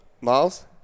Miles